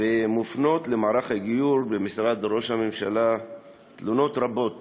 ומופנות למערך הגיור במשרד ראש הממשלה תלונות רבות